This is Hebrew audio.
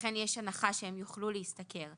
ולכן יש הנחה שהם יוכלו להשתכר.